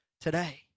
today